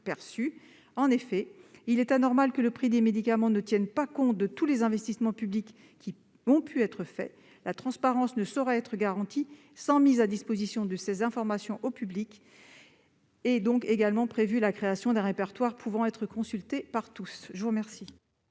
En effet, il est anormal que le prix des médicaments ne tienne pas compte de tous les investissements publics qui ont pu être faits. La transparence ne saurait être garantie sans la mise à disposition de ces informations au public. La création d'un répertoire qui pourra être consulté par tous y pourvoira.